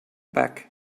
back